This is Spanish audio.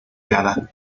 dada